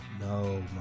no